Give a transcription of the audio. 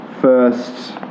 first